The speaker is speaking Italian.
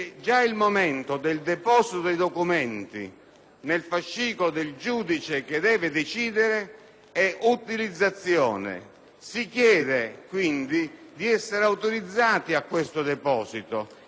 nel fascicolo del giudice che deve decidere è utilizzazione. Si chiede quindi di essere autorizzati a questo deposito e la richiesta non può se non farsi